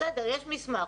--- בסדר יש מסמך,